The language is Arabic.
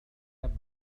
تبدو